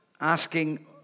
asking